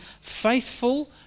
faithful